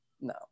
No